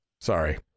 sorry